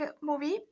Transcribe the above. movie